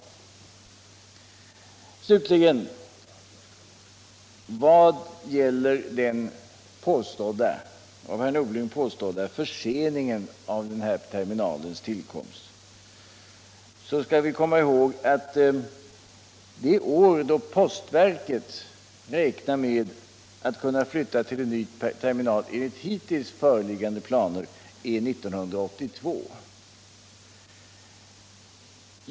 Vad slutligen gäller den av herr Norling påstådda förseningen av terminalens tillkomst skall vi komma ihåg att det år då postverket räknar med att kunna flytta till en ny terminal enligt hittills föreliggande planer är 1982.